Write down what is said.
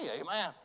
Amen